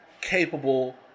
capable